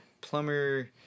plumber